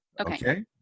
Okay